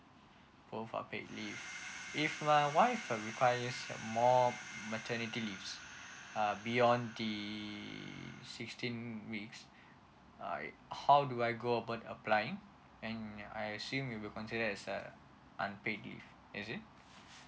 both are paid leave if my wife requires more maternity leaves uh beyond the sixteen weeks alright how do I go about applying and I assume it will be considered as err unpaid leave is it